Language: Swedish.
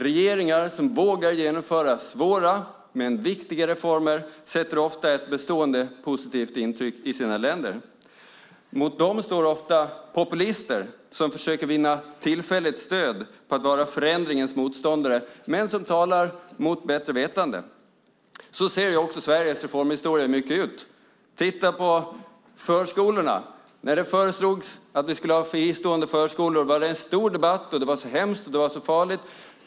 Regeringar som vågar genomföra svåra men viktiga reformer gör ofta ett bestående positivt avtryck i sina länder. Mot dem står ofta populister som försöker vinna tillfälligt stöd genom att vara förändringens motståndare men som talar mot bättre vetande. Så ser också Sveriges reformhistoria till stor del ut. Titta på förskolorna! När det föreslogs att vi skulle ha fristående förskolor var det en stor debatt. Det var hemskt, och det var farligt.